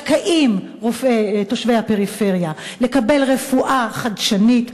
זכאים תושבי הפריפריה לקבל רפואה חדשנית,